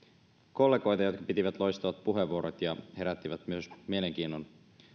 kollegoita jotka pitivät loistavat puheenvuorot ja herättivät myös mielenkiinnon